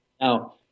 Now